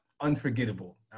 unforgettable